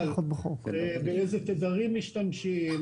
באיזה תדרים משתמשים,